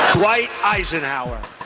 ah dwight eisenhower.